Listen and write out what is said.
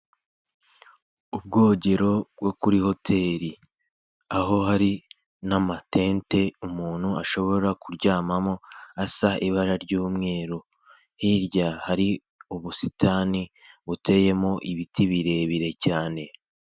Ubwogero bwo kuri hoteri aho hari n'amatente umuntu ashobora kuryamamo asa ibara ry'umweru, hirya hari ubusitani buteyemo ibiti birebire cyane.